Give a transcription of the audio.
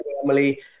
family